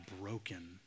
broken